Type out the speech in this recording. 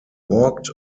walked